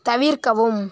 தவிர்க்கவும்